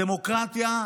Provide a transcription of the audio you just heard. הדמוקרטיה,